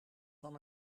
van